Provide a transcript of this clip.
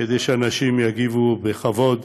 כדי שאנשים יגיבו בכבוד,